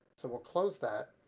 so we'll close that.